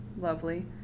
lovely